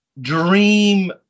dream